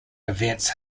events